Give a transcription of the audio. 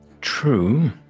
True